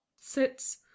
sits